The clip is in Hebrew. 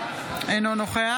אינו נוכח